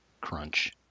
crunch